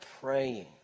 praying